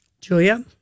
Julia